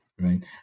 Right